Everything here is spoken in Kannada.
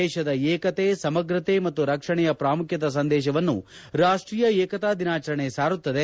ದೇಶದ ಏಕತೆ ಸಮಗ್ರತೆ ಮತ್ತು ರಕ್ಷಣೆಯ ಪ್ರಾಮುಖ್ಯದ ಸಂದೇಶವನ್ನು ರಾಷ್ಟೀಯ ಏಕತಾ ದಿನಾಚರಣೆ ಸಾರುತ್ತದೆ